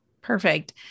Perfect